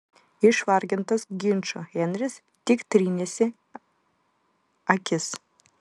išvargintas ginčo henris tik trynėsi akis